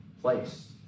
place